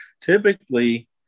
Typically